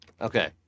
Okay